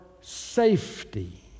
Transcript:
safety